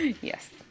yes